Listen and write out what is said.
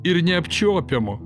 ir neapčiuopiamo